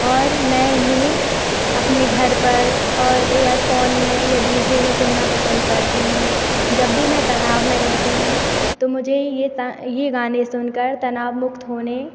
और मैं इन्हें अपने घर पर और एयर फोन में या डी जे में सुनना पसंद करती हूँ जब भी मैं तनाव में रहती हूँ तो मुझे ये पा ये गाने सुनकर तनावमुक्त होने